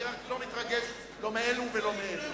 אני לא מתרגש, לא מאלו ולא מאלו.